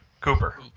Cooper